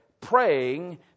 praying